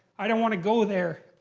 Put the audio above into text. i don't want to go there.